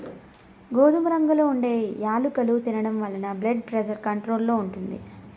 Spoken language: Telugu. గోధుమ రంగులో ఉండే యాలుకలు తినడం వలన బ్లెడ్ ప్రెజర్ కంట్రోల్ లో ఉంటుంది